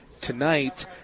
tonight